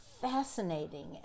fascinating